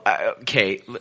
okay